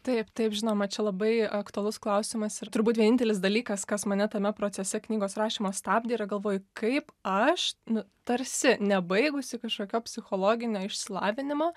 taip taip žinoma čia labai aktualus klausimas ir turbūt vienintelis dalykas kas mane tame procese knygos rašymo stabdė yra galvoju kaip aš nu tarsi nebaigusi kažkokio psichologinio išsilavinimo